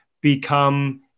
become